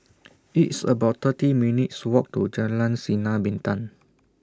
It's about thirty minutes' Walk to Jalan Sinar Bintang